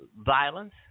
Violence